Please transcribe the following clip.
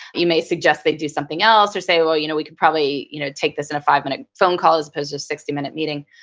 you may suggest they do something else or say, well you know we could probably you know take this in a five minute phone call as opposed to sixty minute meeting.